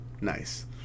nice